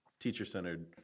teacher-centered